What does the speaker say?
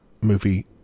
movie